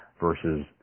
versus